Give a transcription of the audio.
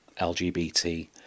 LGBT